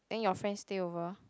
then your friends stay over